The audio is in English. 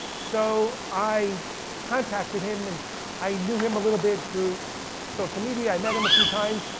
so i contacted him, and i knew him a little bit through social media, i met him a few times.